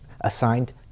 assigned